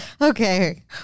okay